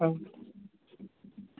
आव